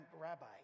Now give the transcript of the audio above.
rabbi